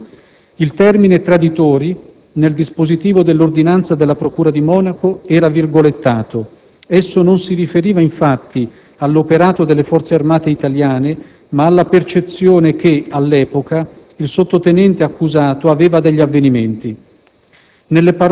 secondo: il termine «traditori» nel dispositivo dell'ordinanza della procura di Monaco era virgolettato; esso non si riferiva infatti all'operato delle forze armate italiane, ma alla percezione che, all'epoca, il sottotenente accusato aveva degli avvenimenti.